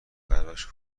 براش